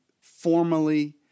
formally